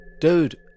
dude